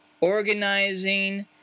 organizing